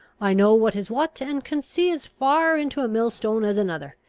i know what is what, and can see as far into a millstone as another.